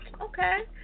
Okay